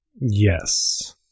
Yes